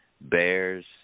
Bears